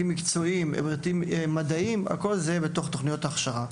מקצועיים ומדעיים כולם יהיו בתוך תכניות ההכשרה,